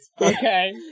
Okay